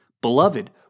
Beloved